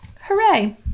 Hooray